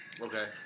Okay